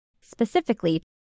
specifically